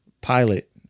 pilot